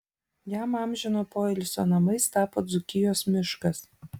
jam amžino poilsio namais tapo dzūkijos miškas